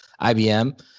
ibm